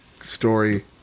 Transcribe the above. story